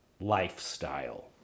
lifestyle